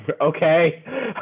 Okay